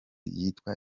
yitwa